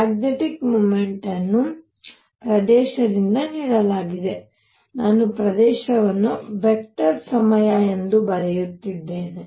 magnetic moment ಅನ್ನು ಪ್ರದೇಶದಿಂದ ನೀಡಲಾಗಿದೆ ನಾನು ಪ್ರದೇಶವನ್ನು ವೆಕ್ಟರ್ ಸಮಯ ಎಂದು ಬರೆಯುತ್ತಿದ್ದೇನೆ